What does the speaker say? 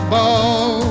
Ball